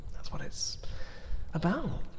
that's what it's about,